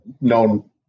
known